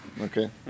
Okay